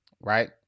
right